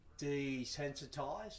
desensitized